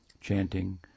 chanting